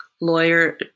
lawyer